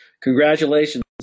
congratulations